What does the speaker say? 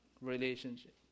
relationship